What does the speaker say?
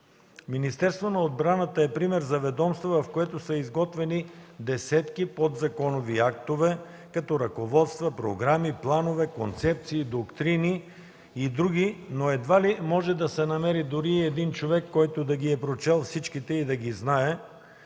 Министерството на отбраната е пример за ведомство, в което са изготвени десетки подзаконови актове, като ръководства, програми, планове, концепции, доктрини и други, но едва ли може да се намери дори и един човек, който да ги е прочел всичките, и да ги знае,